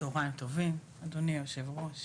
צוהריים טובים אדוני היושב-ראש